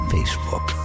Facebook